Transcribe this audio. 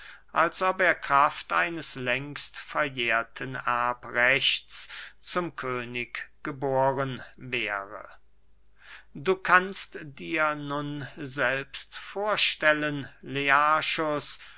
als ob er kraft eines längst verjährten erbrechts zum könig geboren wäre du kannst dir nun selbst vorstellen